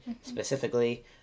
specifically